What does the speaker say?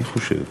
אני חושב